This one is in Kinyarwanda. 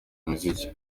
imiziki